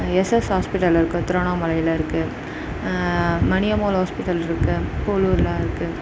SS hospital இருக்குது திருவண்ணாமலையில இருக்குது மணியம்மாள் ஹாஸ்பிடல் இருக்குது போளூர்ல இருக்குது